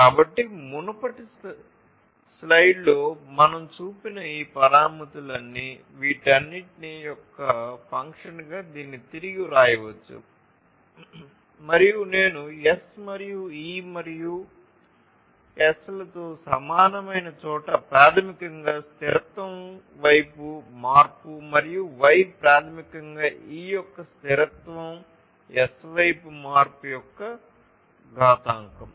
కాబట్టి మునుపటి స్లైడ్లో మనం చూసిన ఈ పారామితులన్నీ వీటన్నిటి యొక్క ఫంక్షన్గా దీన్ని తిరిగి వ్రాయవచ్చు మరియు నేను S మరియు E మరియు S లతో సమానమైన చోట ప్రాథమికంగా స్థిరత్వం వైపు మార్పు మరియు Y ప్రాథమికంగా E యొక్క స్థిరత్వం S వైపు మార్పు యొక్క ఘాతాంకం